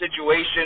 situation